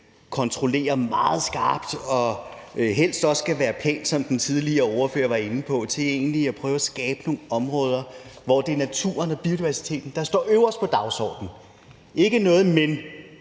kontrollerer meget skarpt, og som helst også skal være pænt, som den tidligere ordfører var inde på, til, at vi egentlig prøver at skabe nogle områder, hvor det er naturen og biodiversiteten, der står øverst på dagsordenen. Og der er